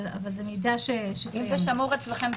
אבל זה מידע --- אם זה שמור אצלכם,